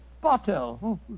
bottle